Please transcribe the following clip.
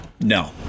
No